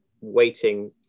waiting